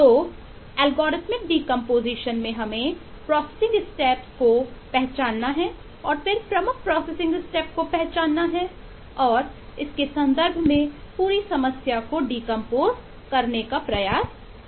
तो algorithmic decomposition को पहचानना हैऔर इसके संदर्भ में पूरी समस्या को विघटित करने का प्रयास करना हैं